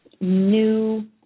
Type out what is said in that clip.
new